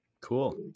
Cool